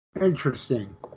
Interesting